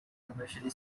commercially